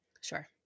Sure